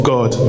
God